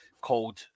called